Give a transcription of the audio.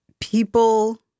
People